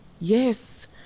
Yes